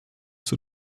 zur